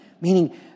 Meaning